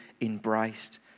embraced